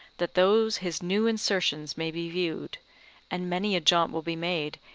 that those his new insertions may be viewed and many a jaunt will be made,